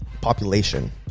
population